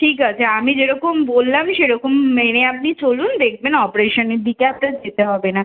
ঠিক আছে আমি যেরকম বললাম সেরকম মেনে আপনি চলুন দেখবেন অপারেশানের দিকে আপনার যেতে হবে না